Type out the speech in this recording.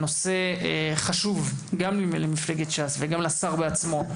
הנושא חשוב למפלגת ש"ס ולשר בעצמו,